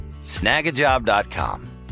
Snagajob.com